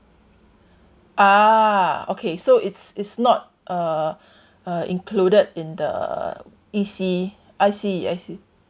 ah okay so it's it's not uh uh included in the E_C I see I see